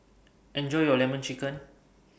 Enjoy your Lemon Chicken